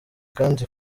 kandi